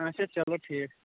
اَچھا چَلو ٹھیٖک